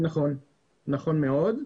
נכון מאוד.